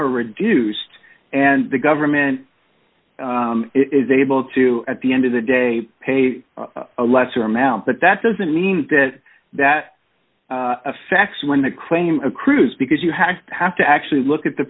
reduced and the government is able to at the end of the day pay a lesser amount but that doesn't mean that that affects when the claim accrues because you have to have to actually look at the